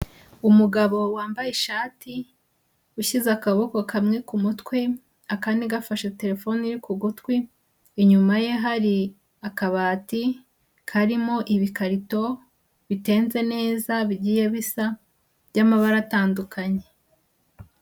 Umugabo wambaye ishati ushyize akaboko kamwe ku mutwe akandi gafashe terefone iri ku gutwi, inyuma ye hari akabati karimo ibikarito bitenze neza bigiye bisa by'amabara atandukanye.